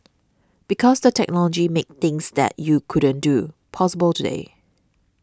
because the technology makes things that you couldn't do possible today